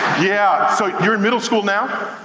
yeah, so you're in middle school now?